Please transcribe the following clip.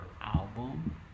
album